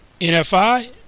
NFI